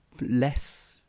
less